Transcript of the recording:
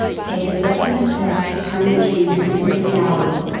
take a definite step to turn a dream into a reality.